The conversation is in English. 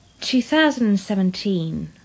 2017